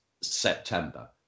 September